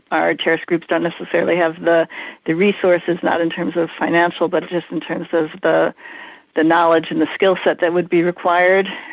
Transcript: ah terrorist groups don't necessarily have the the resources, not in terms of financial but just in terms of the the knowledge and the skill set that would be required.